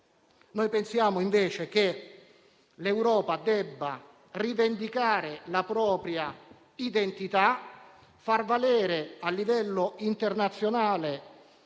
Pensiamo invece che l'Europa debba rivendicare la propria identità, far valere a livello internazionale